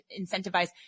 incentivize